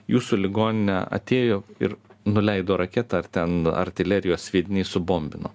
jūsų ligoninę atėjo ir nuleido raketą ar ten artilerijos sviediniai subombino